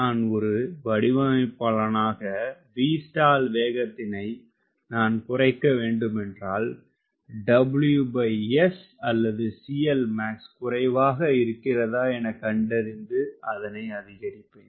நான் ஒரு வடிவமைப்பாளனாக 𝑉stall வேகத்தினை நான் குறைக்கவேண்டுமானால் WS அல்லது CLmax குறைவாக இருக்கிறதா எனக்கண்டறிந்து அதனை அதிகரிப்பேன்